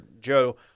Joe